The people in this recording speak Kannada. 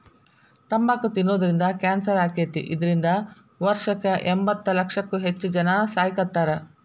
ತಂಬಾಕ್ ತಿನ್ನೋದ್ರಿಂದ ಕ್ಯಾನ್ಸರ್ ಆಕ್ಕೇತಿ, ಇದ್ರಿಂದ ವರ್ಷಕ್ಕ ಎಂಬತ್ತಲಕ್ಷಕ್ಕೂ ಹೆಚ್ಚ್ ಜನಾ ಸಾಯಾಕತ್ತಾರ